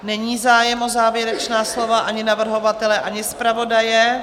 Není zájem o závěrečná slova ani navrhovatele, ani zpravodaje.